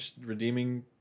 redeeming